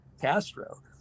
Castro